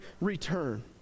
return